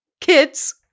kids